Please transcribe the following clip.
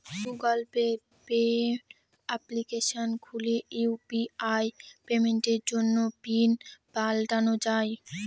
Google Pay application খুলে UPI পেমেন্টের জন্য পিন পাল্টানো যাই